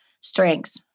strength